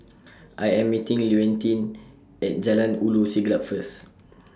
I Am meeting Leontine At Jalan Ulu Siglap First